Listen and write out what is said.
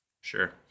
Sure